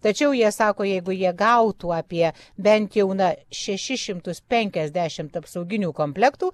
tačiau jie sako jeigu jie gautų apie bent jau na šešis šimtus penkiasdešimt apsauginių komplektų